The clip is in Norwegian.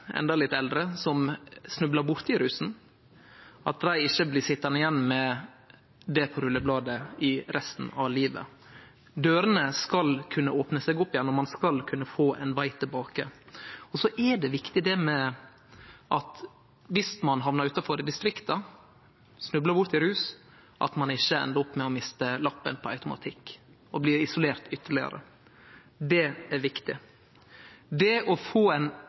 litt eldre, som snublar borti rusen, ikkje blir sitjande igjen med det på rullebladet resten av livet. Dørene skal kunne opne seg igjen, og ein skal kunne få ein veg tilbake. Så er det viktig at om ein hamnar utanfor og snublar bort i rus i distrikta, endar ein ikkje automatisk opp med å miste lappen og blir ytterlegare isolert. Det er viktig. Det å få ein